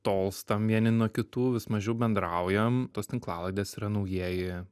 tolstam vieni nuo kitų vis mažiau bendraujam tos tinklalaidės yra naujieji